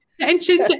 attention